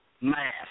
math